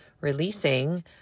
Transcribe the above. releasing